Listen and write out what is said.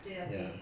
对 ah 对